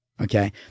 Okay